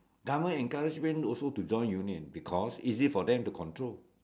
government encouragement also to join union because easy for them to control